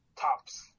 tops